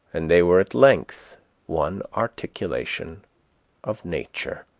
and they were at length one articulation of nature.